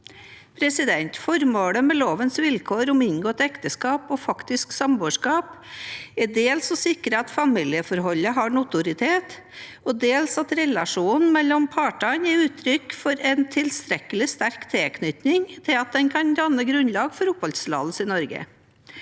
dette. Formålet med lovens vilkår om inngåtte ekteskap og faktisk samboerskap er dels å sikre at familieforholdet har notoritet, og dels at relasjonen mellom partene gir uttrykk for en tilstrekkelig sterk tilknytning til at den kan danne grunnlag for oppholdstillatelse i Norge.